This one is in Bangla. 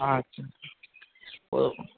আচ্ছা ও